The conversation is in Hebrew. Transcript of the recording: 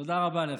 תודה רבה לך.